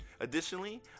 Additionally